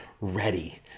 ready